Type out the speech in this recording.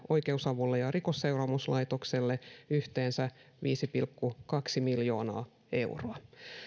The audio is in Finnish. oikeusavulle ja rikosseuraamuslaitokselle yhteensä viisi pilkku kaksi miljoonaa euroa